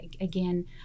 again